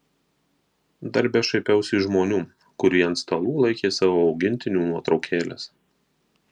darbe šaipiausi iš žmonių kurie ant stalų laikė savo augintinių nuotraukėles